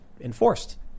enforced